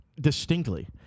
distinctly